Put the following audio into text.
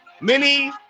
Mini